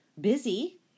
busy